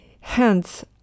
hence